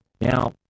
Now